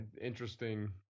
interesting